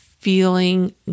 feeling